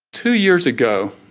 two years ago,